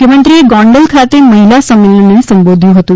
મુખ્યમંત્રીએ ગોંડલ ખાતે મહિલા સંમેલનને સંબોધ્યું હતું